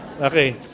okay